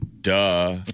duh